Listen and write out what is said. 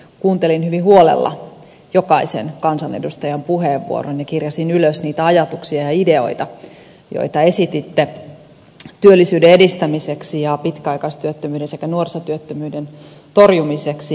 kuuntelin hyvin huolella jokaisen kansanedustajan puheenvuoron ja kirjasin ylös niitä ajatuksia ja ideoita joita esititte työllisyyden edistämiseksi ja pitkäaikaistyöttömyyden sekä nuorisotyöttömyyden torjumiseksi